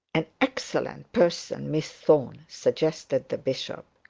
an excellent person, miss thorne suggested the bishop.